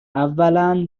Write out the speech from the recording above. اولا